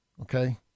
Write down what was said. okay